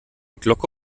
glocke